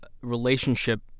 relationship